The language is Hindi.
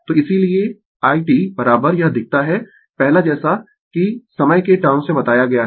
तो इसीलिये i t यह दिखता है पहला जैसा कि समय के टर्म्स में बताया गया है